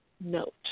note